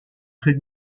très